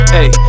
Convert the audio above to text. Hey